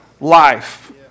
life